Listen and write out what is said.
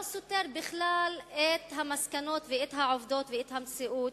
לא סותר בכלל את המסקנות ואת העובדות ואת המציאות,